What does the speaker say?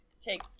take